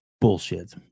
bullshit